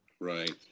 Right